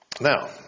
Now